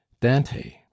dante